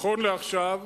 נכון לעכשיו,